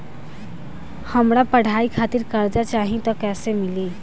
हमरा पढ़ाई खातिर कर्जा चाही त कैसे मिली?